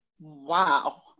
Wow